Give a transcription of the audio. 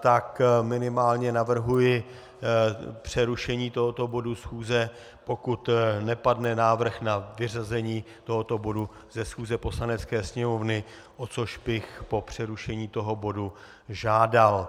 tak minimálně navrhuji přerušení tohoto bodu schůze, pokud nepadne návrh na vyřazení tohoto bodu ze schůze Poslanecké sněmovny, o což bych po přerušení toho bodu žádal.